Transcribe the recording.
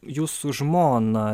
jūs su žmona